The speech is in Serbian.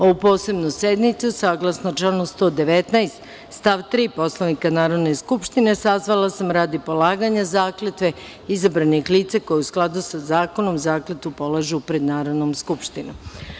Ovu posebnu sednicu, saglasno članu 119. stav 3. Poslovnika Narodne skupštine, sazvala sam radi polaganja zakletve izabranih lica koja, u skladu sa zakonom, zakletvu polažu pred Narodnom skupštinom.